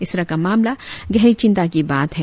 इस तरह का मामला गहरी चिंता की बात है